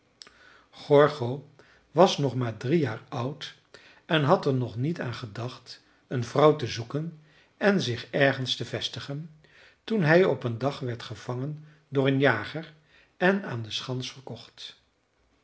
gorgo was nog maar drie jaar oud en had er nog niet aan gedacht een vrouw te zoeken en zich ergens te vestigen toen hij op een dag werd gevangen door een jager en aan de schans verkocht